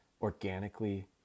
organically